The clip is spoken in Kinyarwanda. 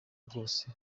rwose